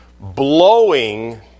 blowing